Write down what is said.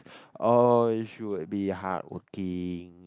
uh it should be hardworking